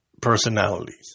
personalities